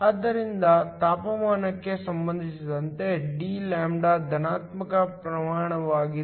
ಆದ್ದರಿಂದ ತಾಪಮಾನಕ್ಕೆ ಸಂಬಂಧಿಸಿದಂತೆ dλ ಧನಾತ್ಮಕ ಪ್ರಮಾಣವಾಗಿದೆ